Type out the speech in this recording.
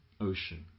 ocean